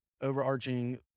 overarching